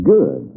Good